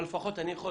אבל לפחות אני יכול